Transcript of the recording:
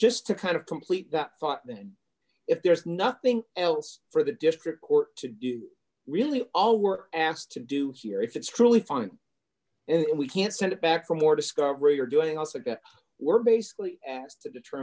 just to kind of complete that thought that if there's nothing else for the district court to do really all we're asked to do here if it's truly fine and we can't send it back for more discovery or doing also get we're basically asked to deter